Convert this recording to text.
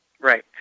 Right